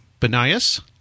benias